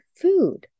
food